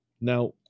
Now